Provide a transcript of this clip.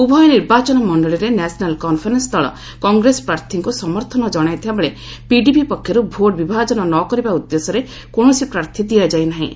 ଉଭୟ ନିର୍ବାଚନ ମଣ୍ଡଳୀରେ ନ୍ୟାସନାଲ୍ କନ୍ଫରେନ୍ନ ଦଳ କଂଗ୍ରେସ ପ୍ରାର୍ଥିଙ୍କୁ ସମର୍ଥନ ଜଣାଇଥିବା ବେଳେ ପିଡିପି ପକ୍ଷରୁ ଭୋଟ୍ ବିଭାଜନ ନ କରିବା ଉଦ୍ଦେଶ୍ୟରେ କୌଣସି ପ୍ରାର୍ଥୀ ଦିଆଯାଇ ନାହିଁ